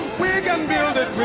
we can build it